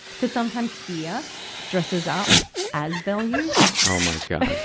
cuz sometimes fear dresses up as values. oh my god!